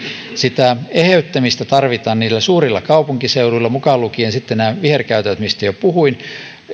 sitä eheyttämistä tarvitaan niillä suurilla kaupunkiseuduilla mukaan lukien sitten nämä viherkäytöt mistä jo puhuin